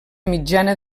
mitjana